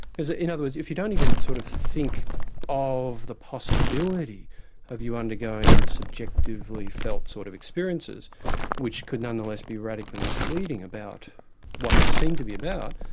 because ah in other words, if you don't even sort of think of the possibility of you undergoing subjectively felt sort of experiences which could nonetheless be radically misleading about what they seem to be about,